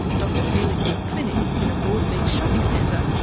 dr felix's clinic, in a broadbeach shopping centre,